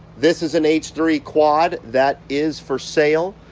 this is an h three quad that is for sale.